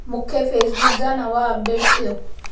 मूंखे फेसबुक जा नवा अपडेट्स ॾियो